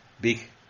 big